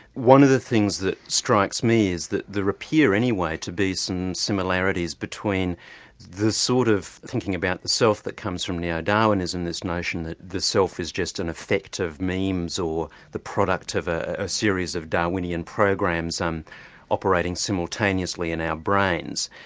one of the things that strikes me is that there appear anyway to be some similarities between the sort of thinking about the self that comes from neo-darwinism, this notion that the self is just an effect of memes or the product of a ah series of darwinian programs operating simultaneously in our brains,